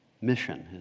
mission